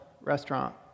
restaurant